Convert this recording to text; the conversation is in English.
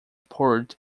poured